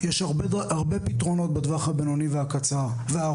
יש הרבה פתרונות בטווח הבינוני והארוך.